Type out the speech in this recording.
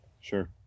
Sure